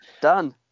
Done